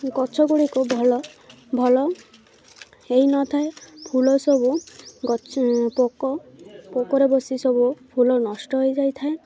ଗଛ ଗୁଡ଼ିକୁ ଭଲ ଭଲ ହେଇନଥାଏ ଫୁଲ ସବୁ ପୋକ ପୋକରେ ବସି ସବୁ ଫୁଲ ନଷ୍ଟ ହୋଇଯାଇଥାଏ